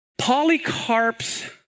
polycarp's